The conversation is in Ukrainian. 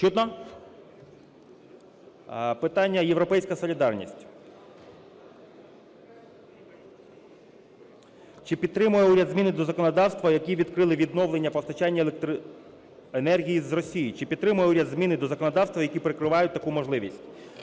Чутно? Питання, "Європейська солідарність". Чи підтримує уряд зміни до законодавства, які відкрили відновлення постачання електроенергії з Росії? Чи підтримує уряд зміни до законодавства, які перекривають таку можливість?